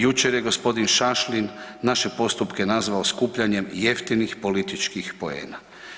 Jučer je gospodin Šašlin naše postupke nazvao skupljanje jeftinih političkih poena.